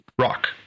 Rock